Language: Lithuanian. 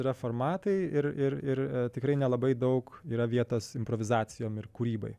yra formatai ir ir ir tikrai nelabai daug yra vietos improvizacijom ir kūrybai